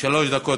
דקות.